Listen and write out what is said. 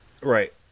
Right